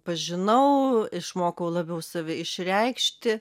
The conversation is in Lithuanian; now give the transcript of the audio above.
pažinau išmokau labiau save išreikšti